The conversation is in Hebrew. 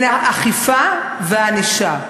הן האכיפה והענישה.